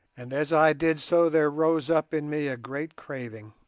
and as i did so there rose up in me a great craving